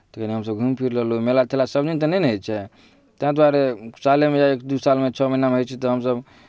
तखन हमसभ घूमि फिरि लेलहुँ मेला तेला सभदिन तऽ नहि ने होइ छै तैँ दुआरे सालमे दू सालमे छओ महीनामे होइ छै तऽ हमसभ